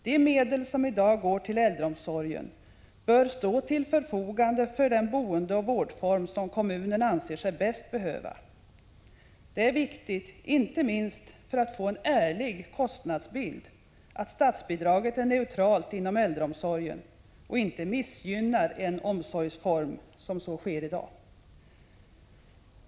De medel som i dag går till äldreomsorgen bör stå till förfogande för den boendeoch vårdform som kommunen anser sig bäst behöva. Det är viktigt — inte minst för att få en ärlig kostnadsbild — att statsbidraget är neutralt inom äldreomsorgen och inte missgynnar en omsorgsform så som sker i dag.